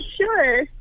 Sure